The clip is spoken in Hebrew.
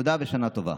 תודה ושנה טובה.